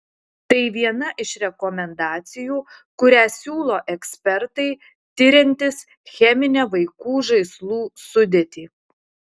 tai viena iš rekomendacijų kurią siūlo ekspertai tiriantys cheminę vaikų žaislų sudėtį